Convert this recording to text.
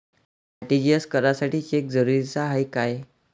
RTGS करासाठी cheque जरुरीचा हाय काय?